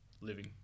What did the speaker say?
living